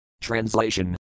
Translation